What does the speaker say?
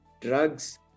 drugs